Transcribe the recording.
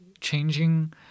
changing